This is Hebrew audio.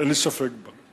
אין לי ספק בה.